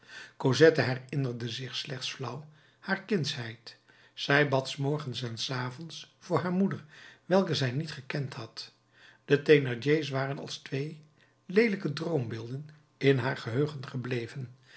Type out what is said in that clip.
cosette herinnerde zich slechts flauw haar kindsheid zij bad s morgens en s avonds voor haar moeder welke zij niet gekend had de thénardiers waren als twee leelijke droombeelden in haar geheugen gebleven